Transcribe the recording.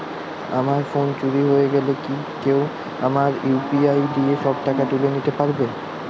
আমার ফোন চুরি হয়ে গেলে কি কেউ আমার ইউ.পি.আই দিয়ে সব টাকা তুলে নিতে পারবে?